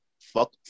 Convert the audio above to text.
Fuck